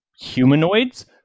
humanoids